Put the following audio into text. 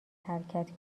حرکت